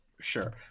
sure